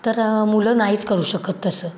तरं मुलं नाहीच करू शकत तसं